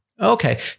Okay